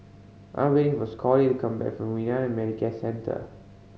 I'm waiting for Scottie to come back from Medicare Centre